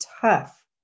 tough